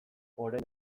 orain